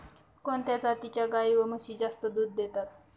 कोणत्या जातीच्या गाई व म्हशी जास्त दूध देतात?